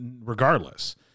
regardless